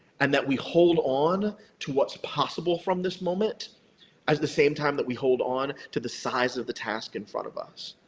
and that we hold on to what's possible from this moment at the same time that we hold on to the size of the task in front of us.